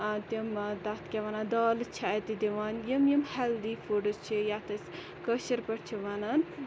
تِم تَتھ کیاہ وَنان دالہٕ چھِ اَتہِ دِوان یِم یِم ہیٚلدی فُڈٕس چھِ یَتھ أسۍ کٲشِر پٲٹھۍ چھِ وَنان